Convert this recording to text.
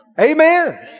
Amen